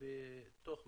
כ"ו בתשרי